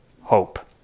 hope